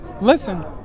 listen